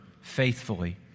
faithfully